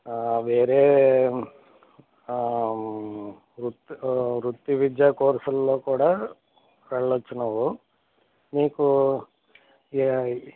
వేరే వృత్తి వృత్తి విద్యా కోర్సుల్లో కూడా వెళ్ళొచ్చు నువ్వు నీకు యా